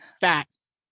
Facts